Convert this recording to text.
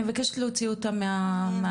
אני מבקשת להוציא אותה מהאולם,